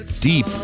deep